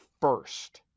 first